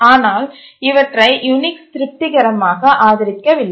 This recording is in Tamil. ஆனால் இவற்றை யூனிக்ஸ் திருப்திகரமாக ஆதரிக்கவில்லை